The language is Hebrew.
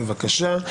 בבקשה.